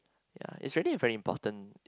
ya is really very important it's